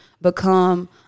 become